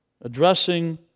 Addressing